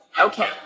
Okay